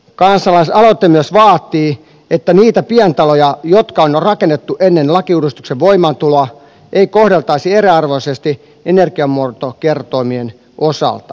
kansalaisaloite myös vaatii että niitä pientaloja jotka on rakennettu ennen lakiuudistuksen voimaantuloa ei kohdeltaisi eriarvoisesti energiamuotokertoimien osalta